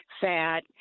fat